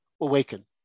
awaken